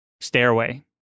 stairway